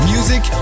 Music